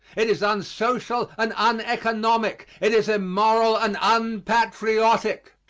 it is unsocial and uneconomic. it is immoral and unpatriotic.